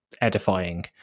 edifying